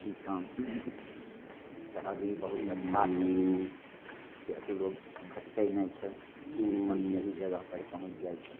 ई काम तऽ अभी बहुत अच्छा छै किएक तऽ लोक भटकै नहि छै अपन सही जगहपर पहुँच जाइ छै